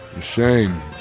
Shame